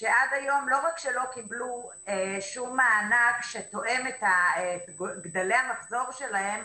שעד היום לא רק שלא קיבלו שום מענק שתואם את גדלי המחזור שלהם,